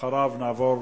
אחריו נעבור